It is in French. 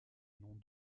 nom